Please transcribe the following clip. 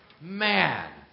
Man